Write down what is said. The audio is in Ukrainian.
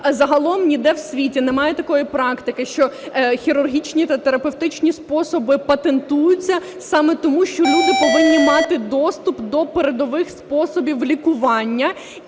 загалом ніде в світі немає такої практики, що хірургічні та терапевтичні способи патентуються саме тому що люди повинні мати доступ до передових способів лікування.